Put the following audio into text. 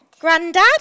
Granddad